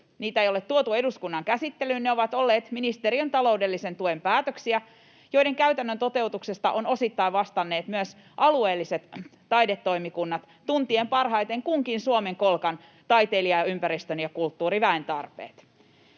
Niitä ei ole tuotu eduskunnan käsittelyyn. Ne ovat olleet ministeriön taloudellisen tuen päätöksiä, joiden käytännön toteutuksesta ovat osittain vastanneet myös alueelliset taidetoimikunnat tuntien parhaiten kunkin Suomen kolkan taiteilijaympäristön ja kulttuuriväen tarpeet.